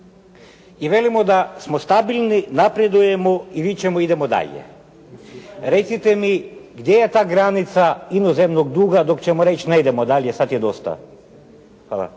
i velimo da smo stabilni, napredujemo i vičemo idemo dalje. Recite mi gdje je ta granica inozemnog duga, dok ćemo reći ne idemo dalje, sada je dosta. Hvala.